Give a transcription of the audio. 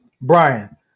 Brian